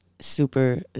super